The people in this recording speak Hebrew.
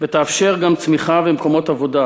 ויאפשר גם צמיחה ומקומות עבודה.